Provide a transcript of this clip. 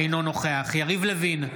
אינו נוכח יריב לוין,